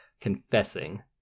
confessing